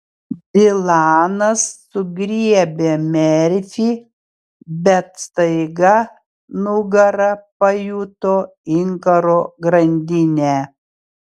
dilanas sugriebė merfį bet staiga nugara pajuto inkaro grandinę